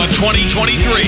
2023